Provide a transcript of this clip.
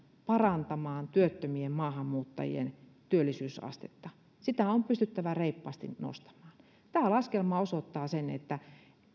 parantamaan työttömien maahanmuuttajien työllisyysastetta sitä on pystyttävä reippaasti nostamaan tämä laskelma osoittaa sen että